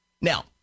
Now